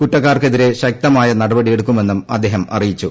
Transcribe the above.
കുറ്റക്കാർക്കെതിരെ ശക്തമായ നടപടിയെടുക്കുമെന്നും അദ്ദേഹം അറിയിച്ചു